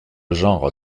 genre